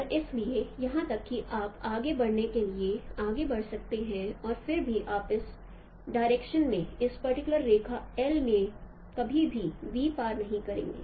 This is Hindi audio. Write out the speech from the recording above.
और इसलिए यहां तक कि आप आगे बढ़ने के लिए आगे बढ़ सकते हैं और फिर भी आप इस डायरेक्शन में इस पर्टिकुलर रेखा L में कभी भी v पार नहीं करेंगे